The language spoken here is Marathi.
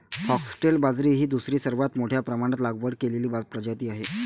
फॉक्सटेल बाजरी ही दुसरी सर्वात मोठ्या प्रमाणात लागवड केलेली प्रजाती आहे